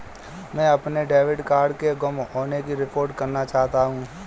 मैं अपने debit card के गुम होने की रिपोर्ट करना चाहता हूँ